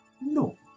No